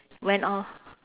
went off